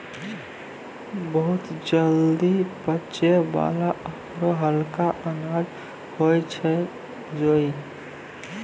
बहुत जल्दी पचै वाला आरो हल्का अनाज होय छै जई